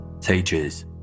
teachers